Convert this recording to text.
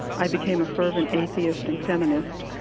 i became a fervent atheist and feminist,